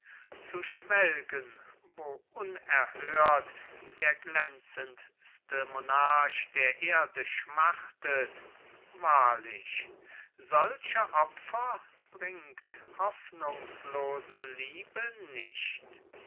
zu schwelgen wo unerhört der glänzendste monarch der erde schmachtet wahrlich solche opfer bringt hoffnungslose liebe nicht